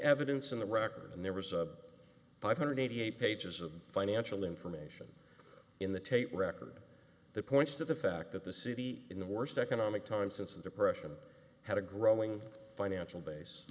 evidence in the record and there was a five hundred eighty eight pages of financial information in the tape record that points to the fact that the city in the worst economic times since the depression had a growing financial base